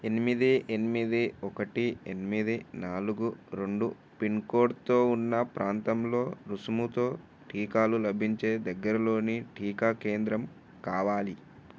ఎనిమిది ఎనిమిది ఒకటి ఎనిమిది నాలుగు రెండు పిన్కోడ్తో ఉన్న ప్రాంతంలో రుసుముతో టీకాలు లభించే దగ్గరలోని టీకా కేంద్రం కావాలి